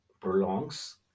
prolongs